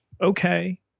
Okay